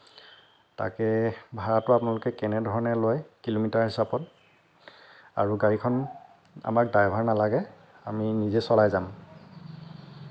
তাকে ভাড়াটো আপোনালোকে কেনেধৰণে লয় কিলোমিটাৰ হিচাপত আৰু গাড়ীখন আমাক ড্ৰাইভাৰ নালাগে আমি নিজে চলাই যাম